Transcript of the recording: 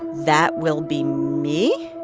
that will be me?